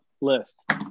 list